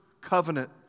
covenant